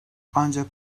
ancak